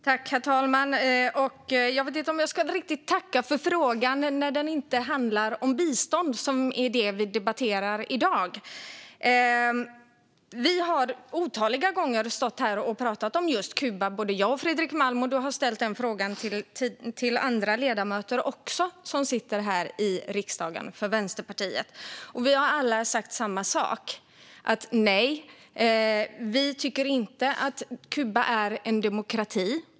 Herr talman! Jag vet inte om jag ska riktigt tacka för frågan när den inte handlar om bistånd, som är det vi debatterar i dag. Fredrik Malm och jag har otaliga gånger stått här och pratat om just Kuba, och han har ställt frågan till andra ledamöter som sitter i riksdagen för Vänsterpartiet. Vi har alla sagt samma sak, nämligen att vi inte tycker att Kuba är en demokrati.